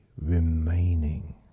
remaining